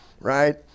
right